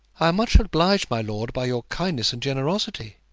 i am much obliged, my lord, by your kindness and generosity,